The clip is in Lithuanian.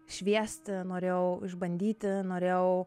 šviesti norėjau išbandyti norėjau